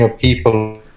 people